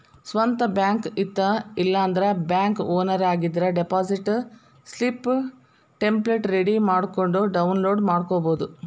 ಸ್ವಂತ್ ಬ್ಯಾಂಕ್ ಇತ್ತ ಇಲ್ಲಾಂದ್ರ ಬ್ಯಾಂಕ್ ಓನರ್ ಆಗಿದ್ರ ಡೆಪಾಸಿಟ್ ಸ್ಲಿಪ್ ಟೆಂಪ್ಲೆಟ್ ರೆಡಿ ಮಾಡ್ಕೊಂಡ್ ಡೌನ್ಲೋಡ್ ಮಾಡ್ಕೊಬೋದು